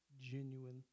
genuine